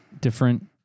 different